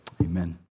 amen